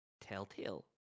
Telltale